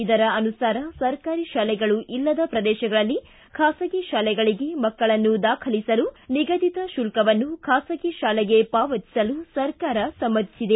ಇದರ ಅನುಸಾರ ಸರ್ಕಾರಿ ಶಾಲೆಗಳು ಇಲ್ಲದ ಪ್ರದೇಶಗಳಲ್ಲಿ ಖಾಸಗಿ ಶಾಲೆಗಳಿಗೆ ಮಕ್ಕಳನ್ನು ದಾಖಲಿಸಲು ನಿಗದಿತ ಶುಲ್ಕವನ್ನು ಖಾಸಗಿ ಶಾಲೆಗೆ ಪಾವತಿಸಲು ಸರ್ಕಾರ ಸಮ್ಮತಿಸಿದೆ